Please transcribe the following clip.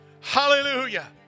Hallelujah